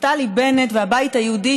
נפתלי בנט והבית היהודי,